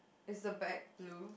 is the bag blue